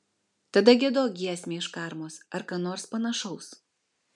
tada giedok giesmę iš karmos ar ką nors panašaus